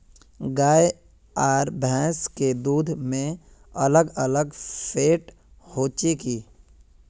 गाय आर भैंस के दूध में अलग अलग फेट होचे की?